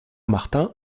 martin